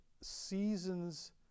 seasons